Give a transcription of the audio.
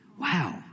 Wow